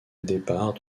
départ